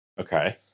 Okay